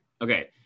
Okay